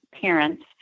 parents